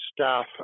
staff